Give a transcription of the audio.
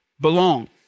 belong